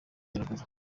nyaruguru